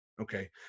Okay